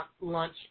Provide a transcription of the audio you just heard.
lunch